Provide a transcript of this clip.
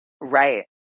Right